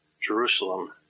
Jerusalem